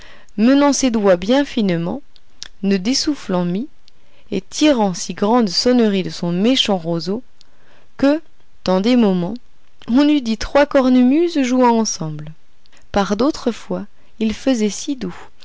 menant ses doigts bien finement ne désoufflant mie et tirant si grande sonnerie de son méchant roseau que dans des moments on eût dit trois cornemuses jouant ensemble par d'autres fois il faisait si doux